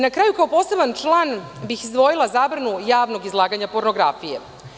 Na kraju, kao poseban član bih izdvojila zabranu javnog izlaganja pornografije.